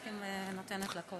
הייתי נותנת לה קודם.